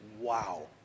Wow